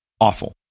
awful